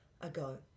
ago